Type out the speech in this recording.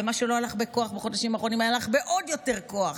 ומה שלא הלך בכוח בחודשים האחרונים הלך בעוד יותר כוח,